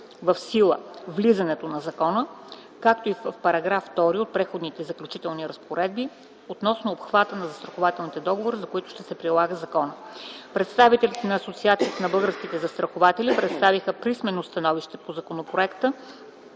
в сила на закона, както и в § 2 от преходните и заключителни разпоредби относно обхвата на застрахователните договори, за които ще се прилага закона. Представителите на Асоциацията на българските застрахователи представиха писмено становище по законопроекта,